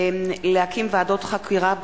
להקים ועדות חקירה,